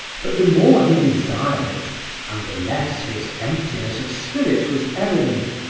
but the more he desired it and the less his emptiness of spirit was evident,